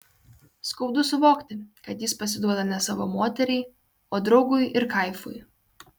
skaudu suvokti kad jis pasiduoda ne savo moteriai o draugui ir kaifui